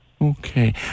Okay